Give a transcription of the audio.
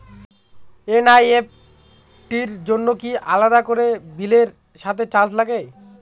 NEFT র জন্য কি আলাদা করে বিলের সাথে চার্জ লাগে?